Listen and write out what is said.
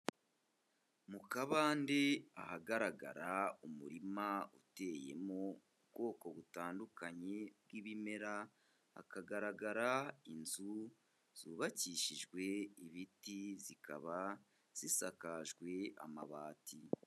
Mu kabande ahagaragara umurima uteyemo ubwoko butandukanye bw'ibimera. Hakagaragara inzu zubakishijwe ibiti zikaba zisakajwe amabati.